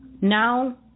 Now